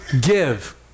Give